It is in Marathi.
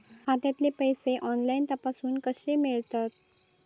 खात्यातले पैसे ऑनलाइन तपासुक कशे मेलतत?